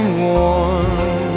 warm